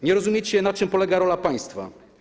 Nie rozumiecie, na czym polega rola państwa.